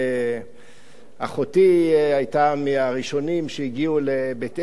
אחותי היתה מהראשונים שהגיעו לבית-אל,